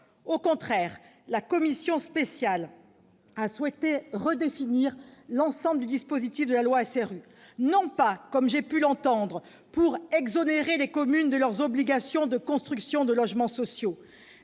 Au contraire, la commission spéciale a souhaité redéfinir l'ensemble du dispositif de la loi SRU, non pas, comme j'ai pu l'entendre dire, pour exonérer les communes de leurs obligations de construction de logements sociaux,